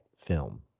film